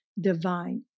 divine